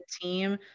team